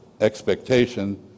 expectation